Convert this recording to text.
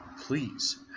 Please